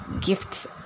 gifts